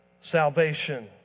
salvation